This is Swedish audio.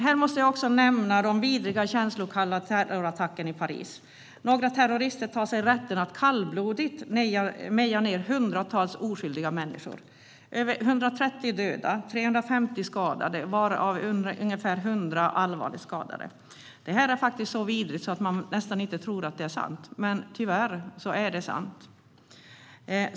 Här måste jag också nämna den vidriga, känslokalla terrorattacken i Paris. Några terrorister tar sig rätten att kallblodigt meja ned hundratals oskyldiga människor. Det är över 130 döda och 350 skadade, varav ungefär 100 allvarligt skadade. Det här är så vidrigt att man nästan inte tror att det är sant. Men tyvärr är det sant.